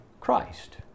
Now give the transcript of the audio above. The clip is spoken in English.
Christ